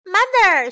Mother